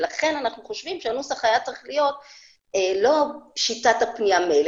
לכן אנחנו חושבים שהנוסח היה צריך להיות לא שיטת הפניה מלל,